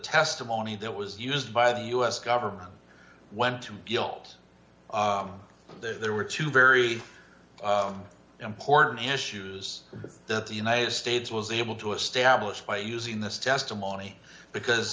testimony that was used by the u s government went to guilt there were two very important issues that the united states was able to establish by using this testimony because